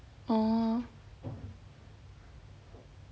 oh